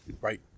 Right